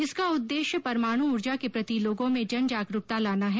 इसका उद्देश्य परमाणु ऊर्जा के प्रति लोगों में जनजागरूकता लाना है